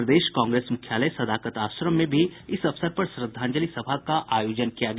प्रदेश कांग्रेस मूख्यालय सदाकत आश्रम में भी इस अवसर पर श्रद्धांजलि सभा का आयोजन किया गया